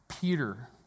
Peter